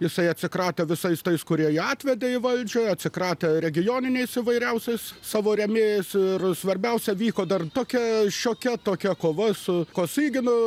jisai atsikratė visais tais kurie jį atvedė į valdžią atsikratė regioniniais įvairiausiais savo rėmėjais ir svarbiausia vyko dar tokia šiokia tokia kova su kosyginu